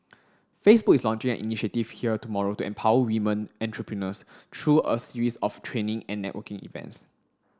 Facebook is launching an initiative here tomorrow to empower women entrepreneurs through a series of training and networking events